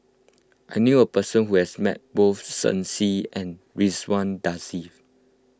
I knew a person who has met both Shen Xi and Ridzwan Dzafir